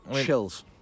chills